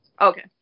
Okay